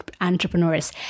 entrepreneurs